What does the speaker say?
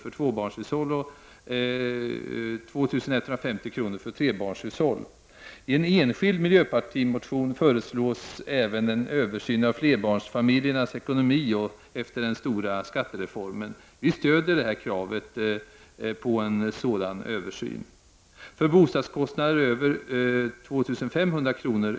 för tvåbarnshushåll och 2 150 kr. för trebarnshushåll. I en enskild miljöpartimotion föreslås även en översyn av flerbarnsfamiljernas ekonomi efter den stora skattereformen. Vi stöder kravet på en sådan översyn. För bostadskostnader över 2 500 kr.